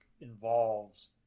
involves